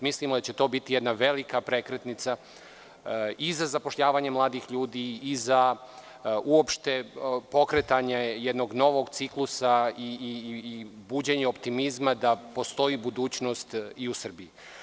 Mislim da će to biti jedna velika prekretnica i za zapošljavanje mladih ljudi i za uopšte pokretanje jednog novog ciklusa i buđenje optimizma da postoji budućnost i u Srbiji.